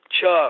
Chuck